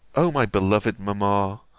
o my beloved mamma,